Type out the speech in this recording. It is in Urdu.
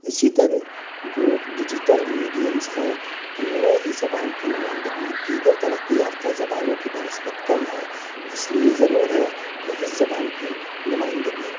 اسی طرح جو ڈیجیٹل میڈیمس ہیں ان میں اس زبان کی نمائندگی دیگر ترقّی یافتہ زبانوں کی بہ نسبت کم ہے اس لیے ضرور ہے کہ اس زبان کی نمائندگی